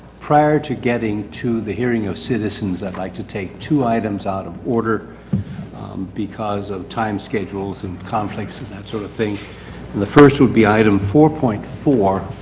prior to getting to the hearing of citizens, i'd like to take two items out of order because of time schedules and conflicts and that sort of thing. and the first will be item four point four